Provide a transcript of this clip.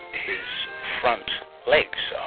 his front legs are